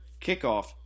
kickoff